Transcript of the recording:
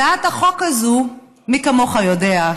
מי כמוך יודע,